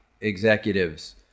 executives